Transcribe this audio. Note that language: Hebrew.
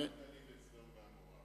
לא, אל תעליב את סדום ועמורה.